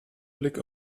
blick